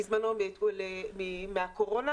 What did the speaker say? בזמנו מהקורונה.